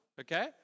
Okay